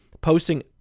posting